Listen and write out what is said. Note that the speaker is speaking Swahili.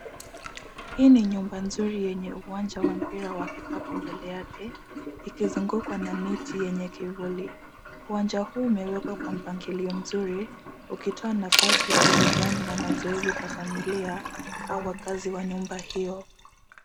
Hii ni nyumba nzuri yenye uwanja wa mpira wa kikapu mbele yake, ikizungukwa na miti yenye kivuli. Uwanja huu umewekwa kwa mpangilio mzuri, ukitoa nafasi ya burudani na mazoezi kwa familia au wakazi wa nyumba hiyo.